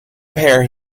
pair